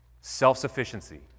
self-sufficiency